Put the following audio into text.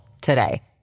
today